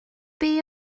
beth